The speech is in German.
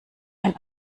ein